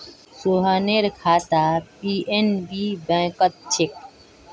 सोहनेर खाता पी.एन.बी बैंकत छेक